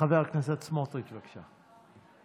חבר הכנסת סמוטריץ', בבקשה.